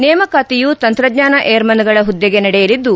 ನೇಮಕಾತಿಯು ತಂತ್ರಜ್ಞಾನ ಏರ್ಮನ್ಗಳ ಹುದ್ಗೆ ನಡೆಯಲಿದ್ದು